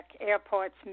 Airport's